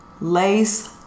Lace